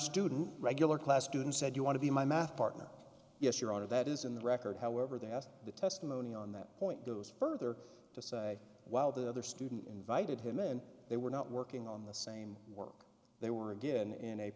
students regular class students said you want to be my math partner yes your honor that is in the record however they asked the testimony on that point goes further to say while the other student invited him and they were not working on the same work they were again in a